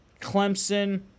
Clemson